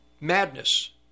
madness